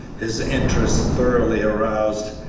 his interest thoroughly aroused,